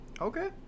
Okay